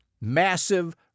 massive